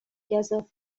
گزاف